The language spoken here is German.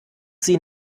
sie